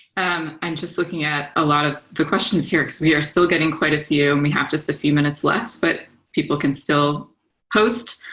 i'm and just looking at a lot of the questions here, because we are still getting quite a few, and we have just a few minutes left. but people can still post.